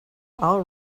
all